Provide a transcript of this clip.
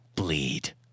bleed